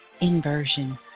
inversion